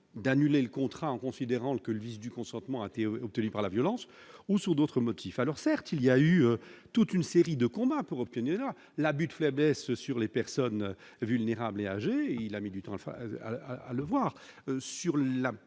d'annuler le contrat en considérant que le vice du consentement AT obtenu par la violence ou sur d'autres motifs, alors certes, il y a eu toute une série de combat pour obtenir l'abus de faiblesse sur les personnes vulnérables et âgé, il a mis du temps à faire, à le